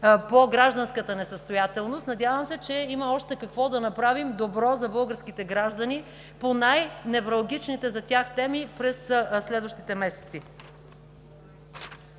по гражданската несъстоятелност. Надявам се, че има какво още да направим – добро, за българските граждани по най-невралгичните за тях теми през следващите месеци.